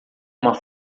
uma